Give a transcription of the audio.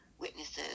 witnesses